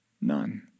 None